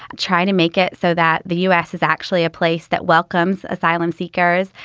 try to make it so that the us is actually a place that welcomes asylum seekers,